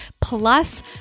plus